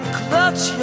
clutch